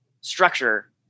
structure